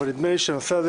אבל נדמה לי שהנושא הזה,